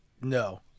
no